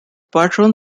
patron